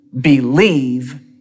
believe